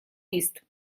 лист